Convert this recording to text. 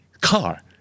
car